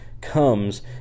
comes